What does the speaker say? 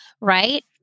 right